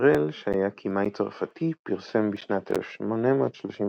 שוורל שהיה כימאי צרפתי פרסם בשנת 1839